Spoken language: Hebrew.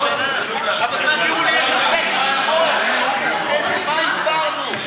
אבל תסבירו לי איזה סטטוס קוו, מה הפרנו?